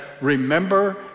remember